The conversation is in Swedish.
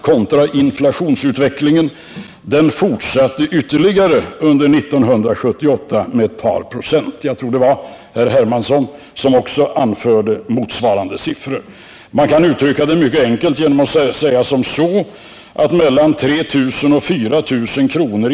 Jag tror det var herr Nr 91 Hermansson som också anförde motsvarande siffror. Man kan uttrycka det Onsdagen den mycket enkelt genom att säga att mellan 3 000 och 4 000 kr.